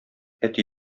әти